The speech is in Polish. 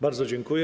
Bardzo dziękuję.